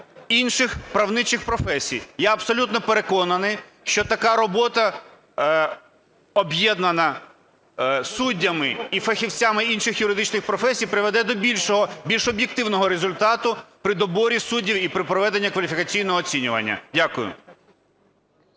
інших правничих професій. Я абсолютно переконаний, що така робота, об'єднана, із суддями і фахівцями інших юридичних професій приведе до більшого, більш об'єктивного результату при доборі суддів і при проведенні кваліфікаційного оцінювання. Дякую.